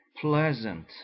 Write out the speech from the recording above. pleasant